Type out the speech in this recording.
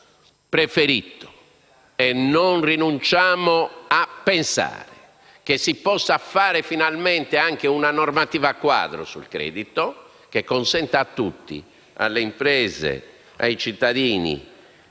preferito - e non rinunciamo a pensare che si possa fare - adottare finalmente una normativa quadro sul credito, che consenta a tutti, alle imprese, ai cittadini,